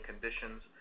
conditions